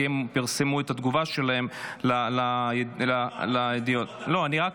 כי הם פרסמו את התגובה שלהם --- אני מאמין למשפחות החטופים.